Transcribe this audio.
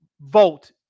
vote